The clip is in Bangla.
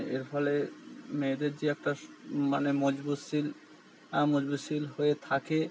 এর ফলে মেয়েদের যে একটা সু মানে মজবুতশীল মজবুতশীল হয়ে থাকে